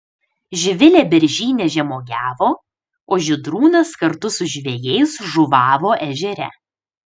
živilė beržyne žemuogiavo o žydrūnas kartu su žvejais žuvavo ežere